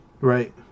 Right